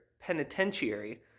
penitentiary